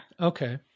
okay